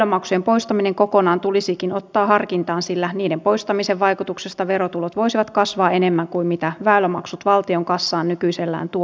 väylämaksujen poistaminen kokonaan tulisikin ottaa harkintaan sillä niiden poistamisen vaikutuksesta verotulot voisivat kasvaa enemmän kuin mitä väylämaksut valtion kassaan nykyisellään tuovat